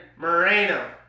Moreno